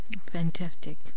Fantastic